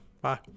Bye